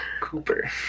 Cooper